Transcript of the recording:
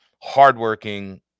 hardworking